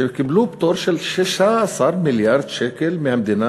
שקיבלו פטור של 16 מיליארד שקל מהמדינה